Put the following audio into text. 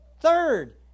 Third